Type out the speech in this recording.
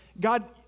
God